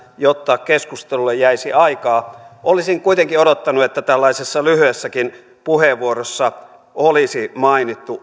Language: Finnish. jotta keskustelulle jäisi aikaa olisin kuitenkin odottanut että tällaisessa lyhyessäkin puheenvuorossa olisi mainittu